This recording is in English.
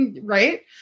Right